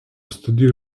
studijų